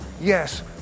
Yes